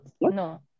no